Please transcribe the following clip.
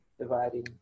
dividing